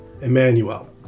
Emmanuel